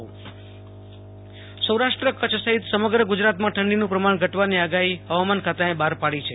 આસુતોષ અંતાણી વા મા જ સૌરાષ્ટ્ર કચ્છ સહિત સમગ્ર ગુજરાત માં ઠંડી નું પ્રમાણ ઘટવાની અગાહી હવામાન ખાતાએ બહાર પાડી છે